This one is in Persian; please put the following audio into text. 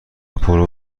پرو